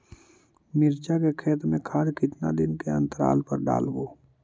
मिरचा के खेत मे खाद कितना दीन के अनतराल पर डालेबु?